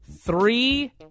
three